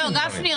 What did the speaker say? גפני,